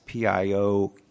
PIO